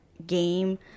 game